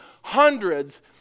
hundreds